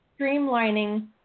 streamlining